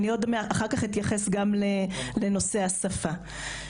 אני עוד אתייחס לנושא השפה אחר כך.